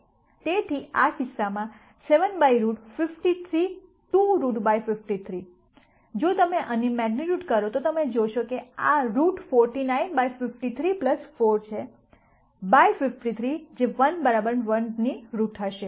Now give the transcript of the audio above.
તેથી આ કિસ્સામાં 7 બાઈ રુટ 53 2 રુટ બાઈ 53 જો તમે આની મેગ્નીટ્યૂડ કરો તો તમે જોશો કે આ રુટ 49 બાય 53 4 છે બાય 53 જે 1 ૧ ની રુટ હશે